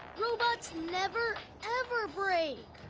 robots never ever break.